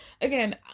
again